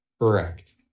correct